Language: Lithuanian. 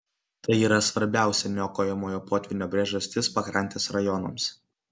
tai yra svarbiausia niokojamojo potvynio priežastis pakrantės rajonams